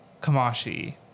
Kamashi